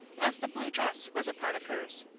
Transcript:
as the blue dress was a part of hers.